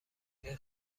این